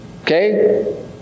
Okay